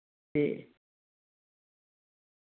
ते